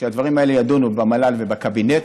שהדברים האלה יידונו במל"ל ובקבינט.